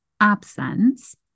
absence